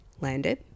landed